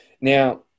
now